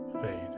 fade